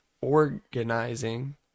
organizing